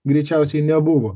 greičiausiai nebuvo